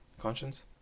Conscience